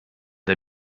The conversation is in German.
der